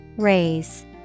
raise